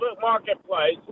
Marketplace